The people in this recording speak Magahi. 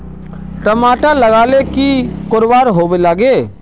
टमाटर लगा ले की की कोर वा लागे?